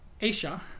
Asia